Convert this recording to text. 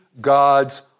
God's